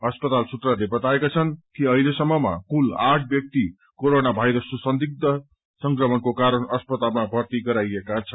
अस्पताल सूत्रहरूले बताएका छन् कि अहिलेसम्म कुल आठ व्याक्ति कोरोना वायरसको संदिग्ध संक्रमणको कारण अस्पतालमा भर्ती गराइएका छन्